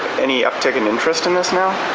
any uptick in interest in this now?